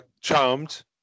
Charmed